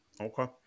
Okay